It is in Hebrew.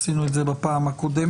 עשינו את זה בפעם הקודמת,